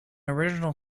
original